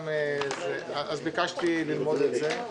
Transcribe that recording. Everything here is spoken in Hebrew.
אז ביקשתי ללמוד את זה.